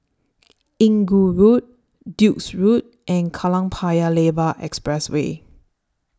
Inggu Road Duke's Road and Kallang Paya Lebar Expressway